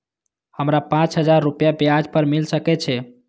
हमरा पाँच हजार रुपया ब्याज पर मिल सके छे?